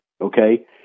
okay